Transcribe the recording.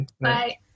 Bye